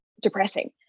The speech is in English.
depressing